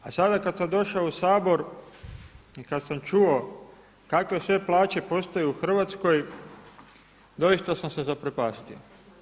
A sada kada sam došao u Sabor i kada sam čuo kakve sve plaće postoje u Hrvatskoj doista sam se zaprepastio.